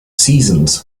seasons